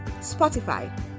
Spotify